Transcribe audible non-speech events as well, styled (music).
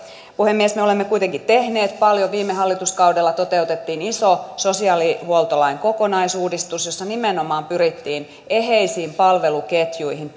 puhemies me olemme kuitenkin tehneet paljon viime hallituskaudella toteutettiin iso sosiaalihuoltolain kokonaisuudistus jossa nimenomaan pyrittiin eheisiin palveluketjuihin (unintelligible)